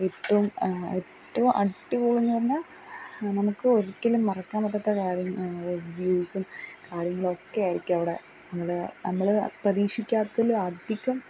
ഏറ്റവും ഏറ്റവും അടിപൊളി എന്നു പറഞ്ഞാല് നമുക്ക് ഒരിക്കലും മറക്കാന് പറ്റാത്ത കാര്യം വ്യൂസും കാര്യങ്ങളൊക്കെയായിരിക്കും അവിടെ നമ്മള് നമ്മള് പ്രതീക്ഷിക്കാത്തതിലും അധികം